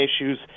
issues